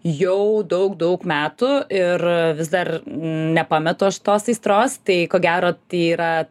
jau daug daug metų ir vis dar nepametu aš tos aistros tai ko gero yra